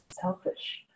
selfish